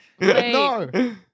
No